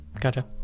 Gotcha